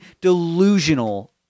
delusional